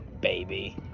baby